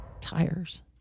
tires